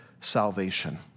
salvation